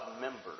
members